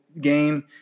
game